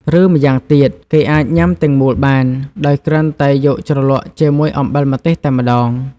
ឬម្យ៉ាងទៀត គេអាចញ៉ាំទាំងមូលបាន ដោយគ្រាន់តែយកជ្រលក់ជាមួយអំបិលម្ទេសតែម្តង។